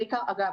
אגב,